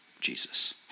Jesus